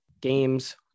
games